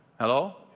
Hello